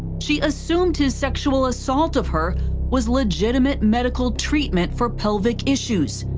she assumed his sexual assault of her was legitimate medical treatment for pelvic issues.